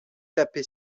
taper